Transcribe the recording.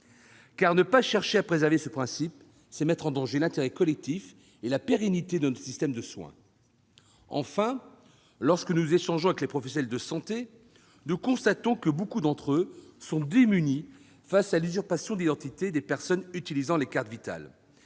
Ne pas chercher à préserver ce principe, c'est mettre en danger l'intérêt collectif et la pérennité de notre système de soins. Lorsque nous échangeons avec les professionnels de santé, nous constatons que beaucoup d'entre eux sont démunis face aux usurpations d'identité au moyen de la carte Vitale.